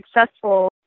successful